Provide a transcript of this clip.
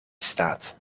staat